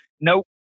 nope